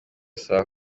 saa